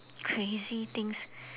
crazy things